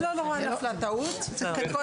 משפט אחד שמחזק את